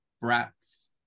brats